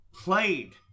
played